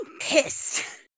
pissed